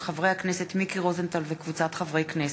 של חבר הכנסת מיקי רוזנטל וקבוצת חברי הכנסת,